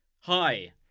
hi